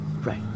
Right